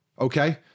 okay